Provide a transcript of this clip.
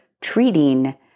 treating